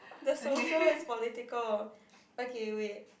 the social is political okay wait